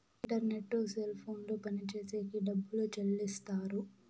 internet cell ఫోన్లు పనిచేసేకి డబ్బులు చెల్లిస్తారు